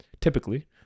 typically